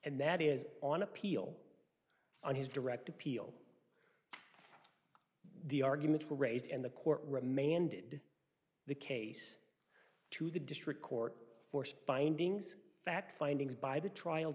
and that is on appeal on his direct appeal the arguments were raised and the court remanded the case to the district court force findings fact findings by the trial